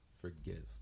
forgive